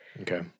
Okay